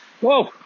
Whoa